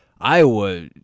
Iowa